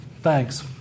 Thanks